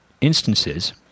instances